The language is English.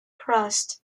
crust